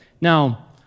Now